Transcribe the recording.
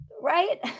Right